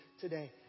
today